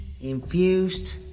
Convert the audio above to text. infused